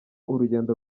urugendo